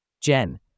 Jen